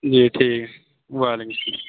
جی ٹھیک وعلیکم السّلام